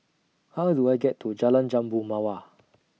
How Do I get to Jalan Jambu Mawar